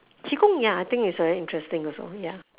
qi-gong ya I think is very interesting also ya